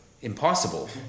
impossible